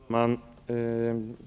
Fru talman!